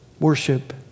Worship